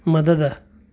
मदद